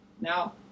Now